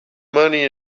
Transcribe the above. money